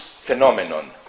phenomenon